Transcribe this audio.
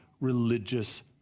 religious